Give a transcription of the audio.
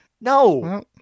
No